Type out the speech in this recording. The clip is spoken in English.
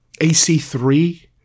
AC3